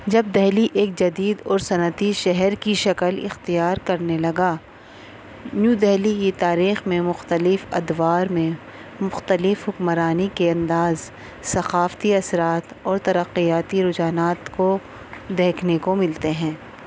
جب دہلی ایک جدید اور صنعتی شہر کی شکل اختیار کرنے لگا یوں دہلی کی تاریخ میں مختلف ادوار میں مختلف حکمرانی کے انداز ثقافتی اثرات اور ترقیاتی رجحانات کو دیکھنے کو ملتے ہیں